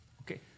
Okay